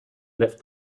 left